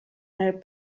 nel